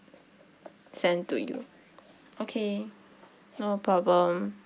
sent to you okay no problem